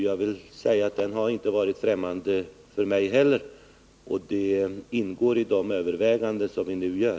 Jag vill säga att den tanken inte heller har varit främmande för mig, och den ingår i de överväganden som vi nu gör.